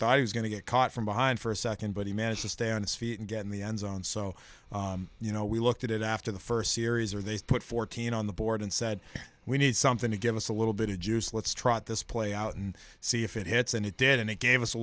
thought i was going to get caught from behind for a second but he managed to stay on its feet and get in the end zone so you know we looked at it after the first series or they put fourteen on the board and said we need something to give us a little bit of juice let's try it this play out and see if it hits and it did and it gave us a